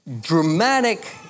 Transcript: dramatic